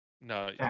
No